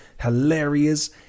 hilarious